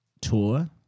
tour